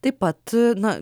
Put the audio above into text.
taip pat na